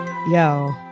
Yo